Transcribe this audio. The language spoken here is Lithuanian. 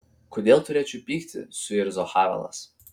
kodėl turėčiau pykti suirzo havelas